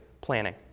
planning